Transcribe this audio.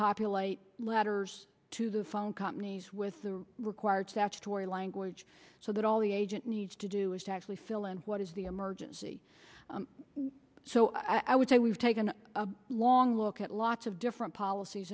ophiolite letters to the phone companies with the required statutory language so that all the agent needs to do is to actually fill in what is the emergency so i would say we've taken a long look at lots of different policies